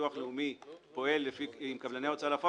כשביטוח לאומי פועל עם קבלני ההוצאה לפועל